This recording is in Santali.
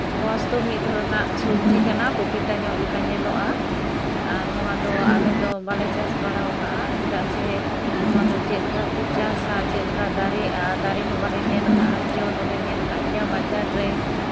ᱥᱠᱚᱣᱟᱥ ᱫᱚ ᱢᱤᱫ ᱫᱷᱚᱨᱚᱱᱟᱜ ᱥᱚᱵᱽᱡᱤ ᱠᱟᱱᱟ ᱯᱨᱚᱠᱤᱛᱚ ᱞᱮᱠᱟ ᱧᱮᱞᱚᱜᱼᱟ ᱟᱨ ᱱᱚᱣᱟᱫᱚ ᱟᱞᱮ ᱫᱚ ᱵᱟᱞᱮ ᱪᱟᱥ ᱵᱟᱲᱟᱣ ᱠᱟᱜᱼᱟ ᱪᱮᱫᱟᱜ ᱥᱮ ᱱᱚᱣᱟᱫᱚ ᱪᱮᱫ ᱞᱮᱠᱟ ᱠᱚ ᱪᱟᱥᱼᱟ ᱪᱮᱫ ᱞᱮᱠᱟ ᱫᱟᱨᱮᱜᱼᱟ ᱫᱟᱨᱮ ᱦᱚᱸ ᱵᱟᱞᱮ ᱧᱮᱞ ᱠᱟᱜᱼᱟ ᱡᱚ ᱫᱚᱞᱮ ᱧᱮᱞ ᱠᱟᱜ ᱜᱮᱭᱟ ᱵᱟᱡᱟᱨ ᱨᱮ